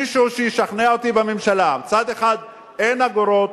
מישהו שישכנע אותי בממשלה, מצד אחד אין אגורות,